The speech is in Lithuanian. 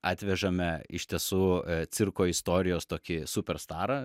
atvežame iš tiesų cirko istorijos tokį superstarą